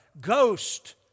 ghost